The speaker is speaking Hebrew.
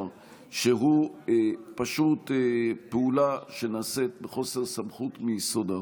שהוא פשוט פעולה שנעשית בחוסר סמכות מיסודה.